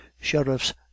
Sheriffs